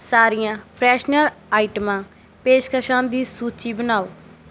ਸਾਰੀਆਂ ਫਰੈਸ਼ਨਰ ਆਈਟਮਾਂ ਪੇਸ਼ਕਸ਼ਾਂ ਦੀ ਸੂਚੀ ਬਣਾਓ